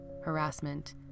harassment